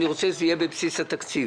אני רוצה שזה יהיה בבסיס התקציב.